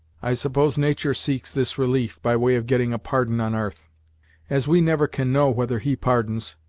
i suppose natur' seeks this relief, by way of getting a pardon on arth as we never can know whether he pardons,